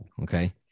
okay